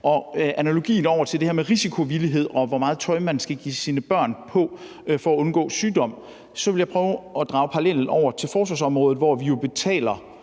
til det her med risikovillighed, og hvor meget tøj man skal give sine børn på for at undgå sygdom, vil jeg prøve at drage over til forsvarsområdet, hvor vi jo